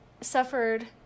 suffered